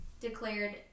declared